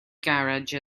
garej